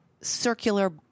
circular